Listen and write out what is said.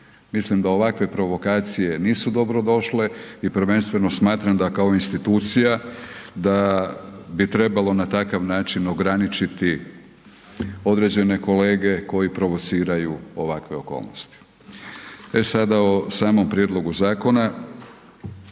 Mislim da ovakve provokacije nisu dobrodošle i prvenstveno smatram da kao institucija da bi trebalo na takav način ograničiti određene kolege koji provociraju ovakve okolnosti. E sada o samom prijedlogu zakona.